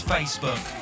Facebook